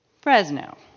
Fresno